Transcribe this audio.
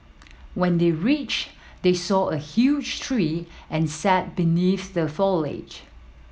when they reached they saw a huge tree and sat beneath the foliage